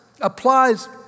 applies